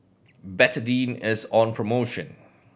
Betadine is on promotion